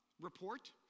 report